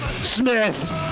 Smith